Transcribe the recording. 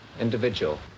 individual